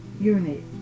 unit